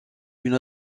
une